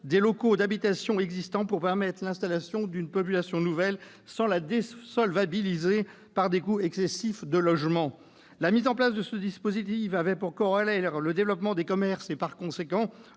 des locaux d'habitation existant pour permettre l'installation d'une population nouvelle sans la désolvabiliser par des coûts excessifs de logement. La mise en place de ce dispositif avait pour corollaire le développement des commerces et, par conséquent,